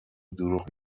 دروغ